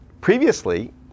Previously